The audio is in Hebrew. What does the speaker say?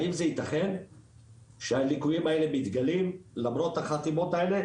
האם זה יתכן שהליקויים האלה מתגלים למרות החתימות האלה?